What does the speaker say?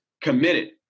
committed